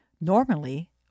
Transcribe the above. Normally